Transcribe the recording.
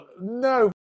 no